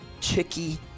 Chicky